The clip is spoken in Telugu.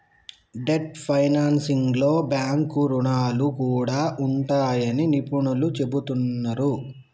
డెట్ ఫైనాన్సింగ్లో బ్యాంకు రుణాలు కూడా ఉంటాయని నిపుణులు చెబుతున్నరు